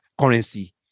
currency